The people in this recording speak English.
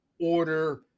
order